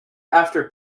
after